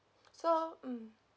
so mm